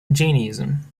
jainism